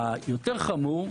יותר חמור,